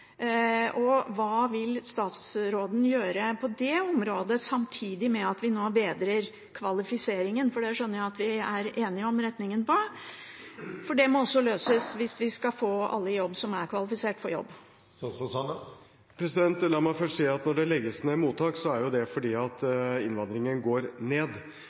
Hva vil statsråden gjøre på det området, samtidig med at vi nå bedrer kvalifiseringen – det skjønner jeg at vi er enige om retningen på – for det må også løses hvis vi skal få alle i jobb som er kvalifisert for jobb? La meg først si at når det legges ned mottak, er det jo fordi innvandringen går ned. Men det er også slik at